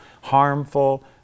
harmful